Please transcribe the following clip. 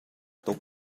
tuk